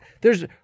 there's-